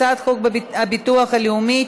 הצעת חוק החולה הנוטה למות (תיקון,